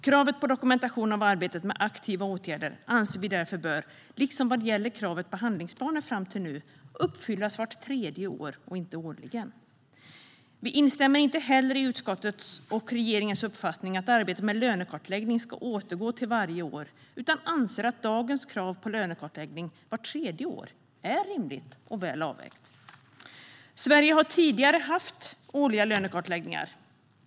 Kravet på dokumentation av arbetet med aktiva åtgärder, liksom kravet på handlingsplaner fram till nu, anser vi bör uppfyllas vart tredje år och inte årligen. Vi instämmer inte heller i utskottets och regeringens uppfattning att man när det gäller arbetet med lönekartläggning ska återgå till att göra det varje år utan anser att dagens krav på lönekartläggning vart tredje år är rimligt och väl avvägt. Sverige har tidigare haft årliga lönekartläggningar.